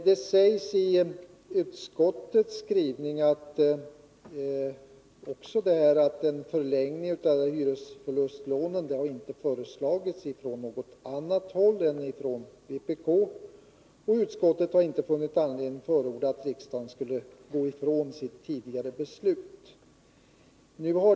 Det sägs också i utskottets Nr 48 skrivning att en förlängning av hyresförlustlånen inte har föreslagits från något annat håll än från vpk och att utskottet inte har funnit anledning förorda att riksdagen skulle gå ifrån sitt tidigare beslut.